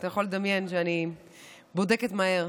אתה יכול לדמיין שאני בודקת מהר.